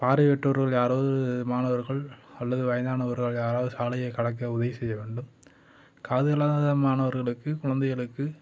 பார்வையற்றவர்கள் யாராவது மாணவர்கள் அல்லது வயதானவர்கள் யாராவது சாலையை கடக்க உதவி செய்ய வேண்டும் காது கேளாத மாணவர்களுக்கு குழந்தைகளுக்கு